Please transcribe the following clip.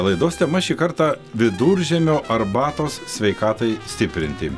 laidos tema šį kartą viduržiemio arbatos sveikatai stiprinti